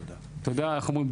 אתה יודע איך אומרים,